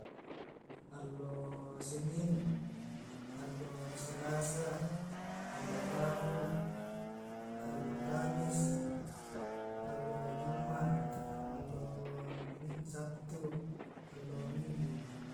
Allo senin, allo selasa, allo rabu, allo kamis, allo juma'. Allo sabtu, allo minggu.